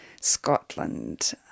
Scotland